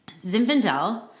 Zinfandel